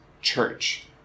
church